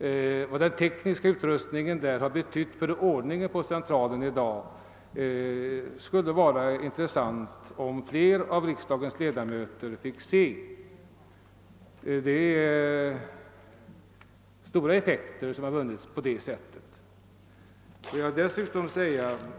Med tanke på vad den tekniska utrustningen på Centralen betytt för ordningen skulle det vara bra om fler av riksdagens ledamöter fick se de arrangemang som haft så stor effekt.